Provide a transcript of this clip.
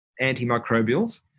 antimicrobials